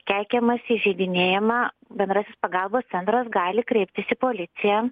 keikiamasi įžeidinėjama bendrasis pagalbos centras gali kreiptis į policiją